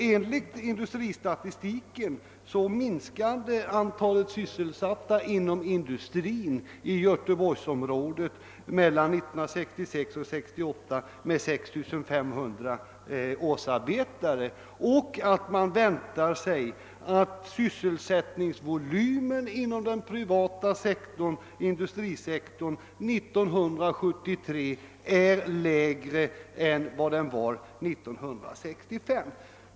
Enligt industristatistiken minskade antalet sysselsatta inom industrin i Göteborgsområdet mellan 1966 och 1968 med 6 500 årsarbetare, och man väntar sig att sysselsättningsvolymen inom den privata industrisektorn 1973 blir lägre än vad den var 1965.